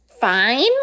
fine